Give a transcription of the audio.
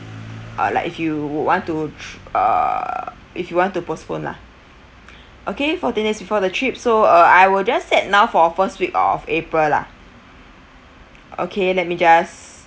uh like if you want to err if you want to postpone lah okay fourteen days before the trip so uh I will just set now for first week of april lah okay let me just